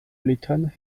returned